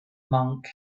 monk